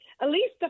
Elise